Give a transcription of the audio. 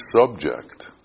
subject